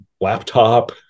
laptop